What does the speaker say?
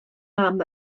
mam